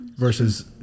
versus